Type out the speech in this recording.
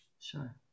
Sure